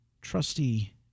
trusty